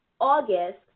August